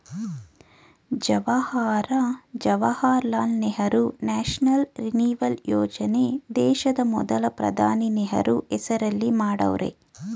Jawahar Jawaharlal Nehru national renewal ಯೋಜನೆ ದೇಶದ ಮೊದಲ ಪ್ರಧಾನಿ ನೆಹರು ಹೆಸರಲ್ಲಿ ಮಾಡವ್ರೆ